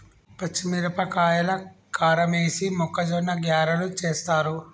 పచ్చిమిరపకాయల కారమేసి మొక్కజొన్న గ్యారలు చేస్తారు